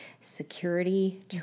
security